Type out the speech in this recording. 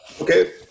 Okay